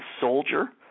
soldier